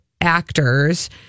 actors